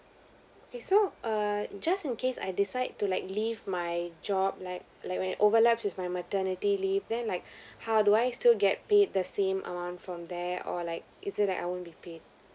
okay so err just in case I decide to like leave my job like like will overlaps with my maternity leave then like how do I still get paid the same amount from there or like is it like I won't be paid